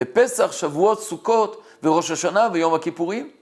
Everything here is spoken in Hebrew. בפסח, שבועות, סוכות וראש השנה ויום הכיפורים?